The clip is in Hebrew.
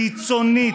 חיצונית,